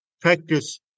practice